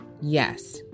yes